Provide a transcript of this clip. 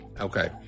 Okay